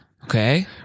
Okay